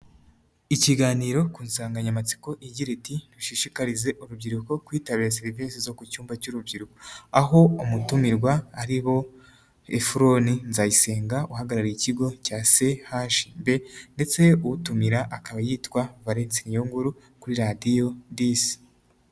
Ikiganiro ku nsanganyamatsiko igira iti: "Dushishikarize urubyiruko kwitabira serivisi zo ku cyumba cy'urubyiruko", aho umutumirwa ari bo: Ephron Nzayisenga uhagarariye ikigo cya CHB ndetse utumira akaba yitwa Valence Niyonkuru kuri Radiyo 10.